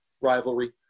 rivalry